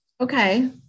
okay